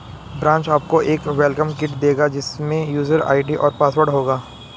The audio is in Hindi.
ब्रांच आपको एक वेलकम किट देगा जिसमे यूजर आई.डी और पासवर्ड होगा